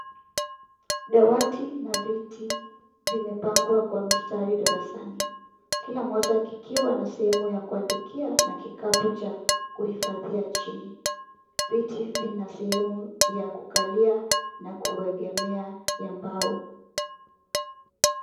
Dawati na viti vimepangwa tayari darasani kila mmoja kikiwa na sehemu ya kuandikia na kapu la kuhifadhia chini, viti vina sehemu ya kukali na kuegemea ya mbao.